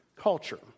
culture